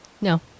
No